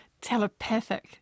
telepathic